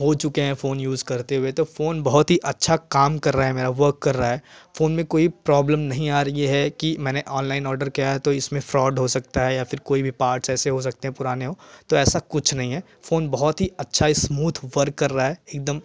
हो चुके हैं फ़ोन यूज़ करते हुए तो फ़ोन बहुत ही अच्छा काम कर रहा है मेरा वर्क कर रहा है फ़ोन में कोई प्रोब्लम नहीं आ रही है कि मैंने ऑनलाइन ऑर्डर किया है तो इसमें फ़्रॉड हो सकता है या फिर कोई भी पार्ट्स ऐसे हो सकते हैं पुराने हों तो ऐसा कुछ नहीं है फ़ोन बहुत ही अच्छा स्मूथ वर्क कर रहा है एकदम